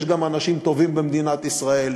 יש גם אנשים טובים במדינת ישראל,